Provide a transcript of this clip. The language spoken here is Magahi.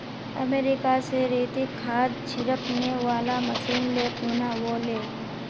अमेरिका स रितिक खाद छिड़कने वाला मशीन ले खूना व ले